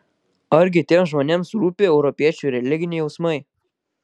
argi tiems žmonėms rūpi europiečių religiniai jausmai